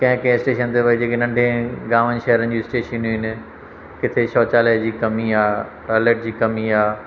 कंहिं कंहिं स्टेशन ते भाई जेके नंढे गांव शहरनि जूं स्टेशनियूं आहिनि किथे शौचालय जी कमी आहे टॉयलेट जी कमी आहे